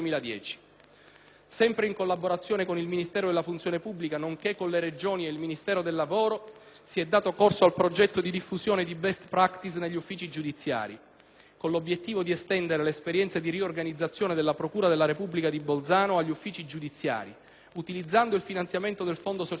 Sempre in collaborazione con il Ministro per la pubblica amministrazione e l'innovazione, nonché con le Regioni e il Ministero del lavoro, Salute e politiche sociali, si è dato corso al progetto «Diffusione di *best practices* negli uffici giudiziari», con l'obiettivo di estendere l'esperienza di riorganizzazione della Procura della Repubblica di Bolzano agli uffici giudiziari, utilizzando il finanziamento del Fondo sociale europeo.